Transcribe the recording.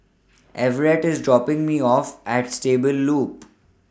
Everette IS dropping Me off At Stable Loop